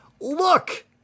look